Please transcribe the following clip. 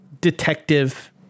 detective